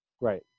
Right